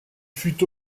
fut